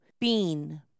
Bean